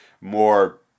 more